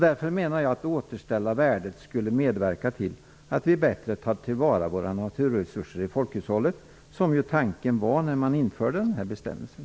Därför menar jag att ett återställande av värdet skulle medverka till att vi bättre tar till vara våra naturresurser i folkhushållet, som tanken var när man införde bestämmelsen.